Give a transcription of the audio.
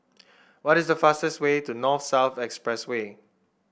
what is the fastest way to North South Expressway